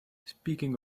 speaking